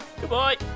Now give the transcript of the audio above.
Goodbye